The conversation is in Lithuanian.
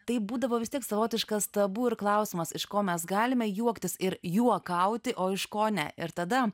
tai būdavo vis tiek savotiškas tabu ir klausimas iš ko mes galime juoktis ir juokauti o iš ko ne ir tada